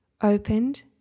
opened